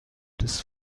des